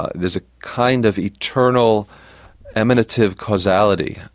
ah there's a kind of eternal emanative causality,